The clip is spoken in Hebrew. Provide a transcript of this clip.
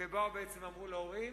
ובאו ובעצם אמרו להורים: